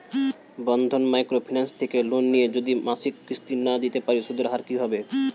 বন্ধন micro finance থেকে loan নিয়ে যদি মাসিক কিস্তি না দিতে পারি সুদের হার কি হবে?